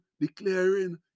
declaring